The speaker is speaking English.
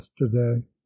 yesterday